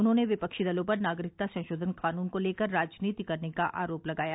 उन्होंने विफ्टी दलों पर नागरिकता संशोधन कानून को लेकर राजनीति करने का आरोप लगाया